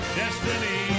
destiny